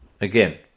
again